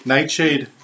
Nightshade